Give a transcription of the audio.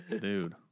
Dude